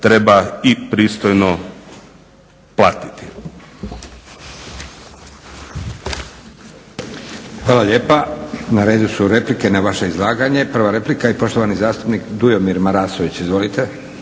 treba i pristojno platiti.